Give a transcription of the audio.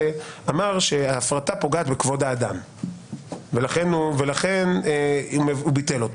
אמר שההפרטה בכבוד האדם ולכן הוא ביטל אותה.